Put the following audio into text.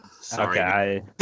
Sorry